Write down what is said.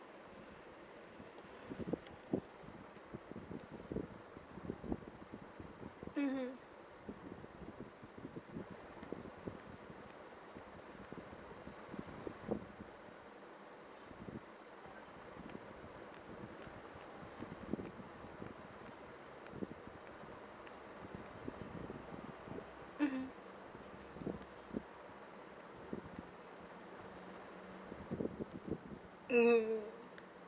mmhmm mmhmm mm